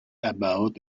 about